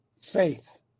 faith